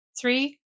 Three